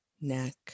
neck